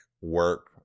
work